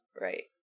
Right